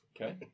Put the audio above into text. Okay